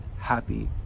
happy